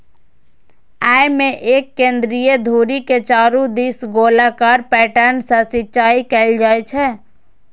अय मे एक केंद्रीय धुरी के चारू दिस गोलाकार पैटर्न सं सिंचाइ कैल जाइ छै